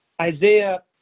Isaiah